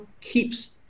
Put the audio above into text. keeps